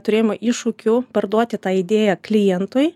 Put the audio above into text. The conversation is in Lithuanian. turėjom iššūkių parduoti tą idėją klientui